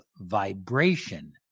vibration